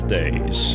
days